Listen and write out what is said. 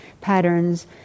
patterns